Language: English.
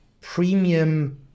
premium